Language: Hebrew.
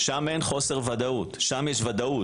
ושם אין חוסר וודאות, שם יש וודאות.